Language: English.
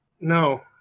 No